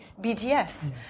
BDS